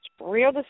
real